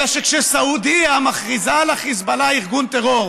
אלא שכשסעודיה מכריזה על חיזבאללה ארגון טרור,